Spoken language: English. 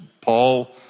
Paul